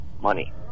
money